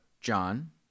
John